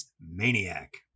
Maniac